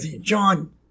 John